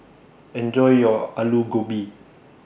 Enjoy your Alu Gobi